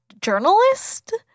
journalist